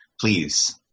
please